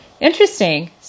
interesting